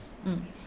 mm